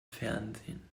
fernsehen